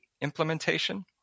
implementation